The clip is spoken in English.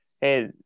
Hey